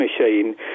machine